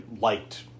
liked